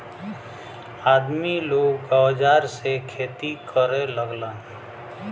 आदमी लोग औजार से खेती करे लगलन